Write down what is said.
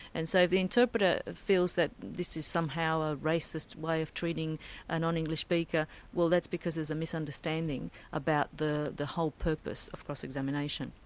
and so the interpreter feels that this is somehow a racist way of treating a non-english speaker. well that's because there's a misunderstanding about the the whole purpose of cross-examination.